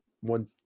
one